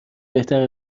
بهتر